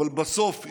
אבל בסוף,